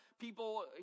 people